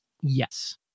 Yes